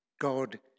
God